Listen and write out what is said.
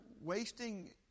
wasting